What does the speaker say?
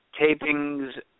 tapings